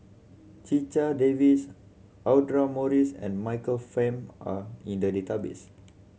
Checha Davies Audra Morrice and Michael Fam are in the database